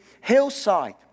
hillside